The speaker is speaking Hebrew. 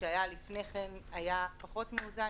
שהיה לפני כן, היה פחות מאוזן.